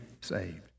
saved